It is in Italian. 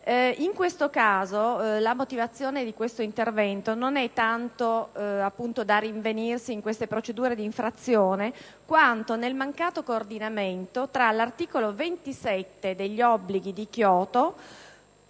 In questo caso, la motivazione dell'intervento non è tanto da rinvenirsi in queste procedure di infrazione, quanto nel mancato coordinamento tra l'articolo 27 della recentissima